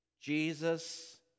Jesus